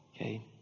Okay